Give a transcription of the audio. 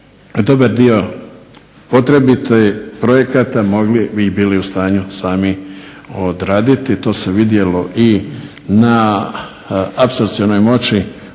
dobar dio potrebitih projekata mogli i bili u stanju sami odraditi. To se vidjelo i na …/Ne razumije